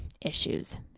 issues